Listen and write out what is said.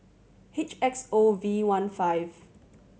H X O V one five